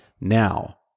now